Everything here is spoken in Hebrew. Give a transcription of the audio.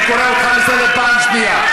אני קורא אותך לסדר פעם שנייה.